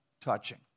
touching